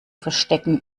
verstecken